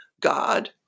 God